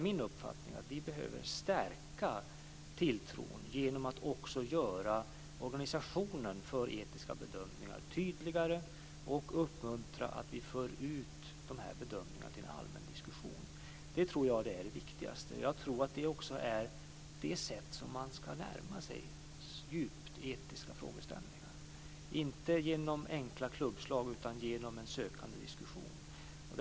Min uppfattning är att vi behöver stärka tilltron genom att också göra organisationen för etiska bedömningar tydligare och uppmuntra att de här bedömningarna förs ut till allmän diskussion. Det tror jag är det viktigaste. Jag tror också att det är på det sättet som man ska närma sig djupt etiska frågeställningar. Det ska inte ske genom enkla klubbslag utom genom en sökande diskussion.